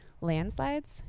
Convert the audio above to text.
landslides